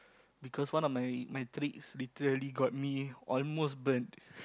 because one of my my tricks literally got me almost burnt